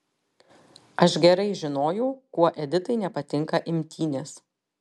aš gerai žinojau kuo editai nepatinka imtynės